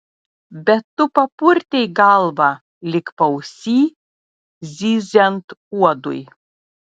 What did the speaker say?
bet tu papurtei galvą lyg paausy zyziant uodui